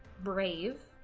brave,